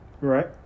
Right